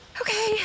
Okay